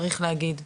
צריך להגיד.